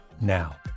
now